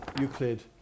Euclid